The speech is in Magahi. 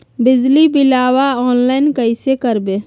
बिजली बिलाबा ऑनलाइन कैसे करबै?